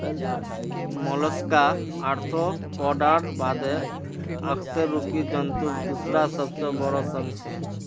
Mollusca आर्थ्रोपोडार बादे अकशेरुकी जंतुर दूसरा सबसे बोरो संघ छे